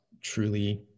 truly